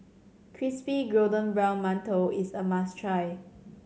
crispy golden brown mantou is a must try